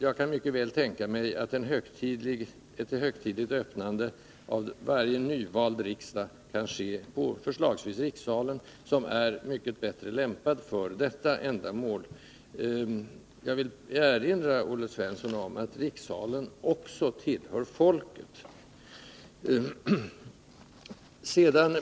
Jag kan mycket väl tänka mig att ett högtidligt öppnande av varje nyvald riksdag kan ske i rikssalen, som är mycket bättre lämpad för detta ändamål. Jag vill erinra Olle Svensson om att rikssalen också tillhör svenska folket.